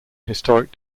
historic